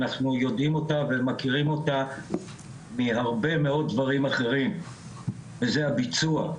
אנחנו יודעים אותה ומכירים אותה מהרבה מאוד דברים אחרים וזה הביצוע,